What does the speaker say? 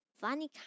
funny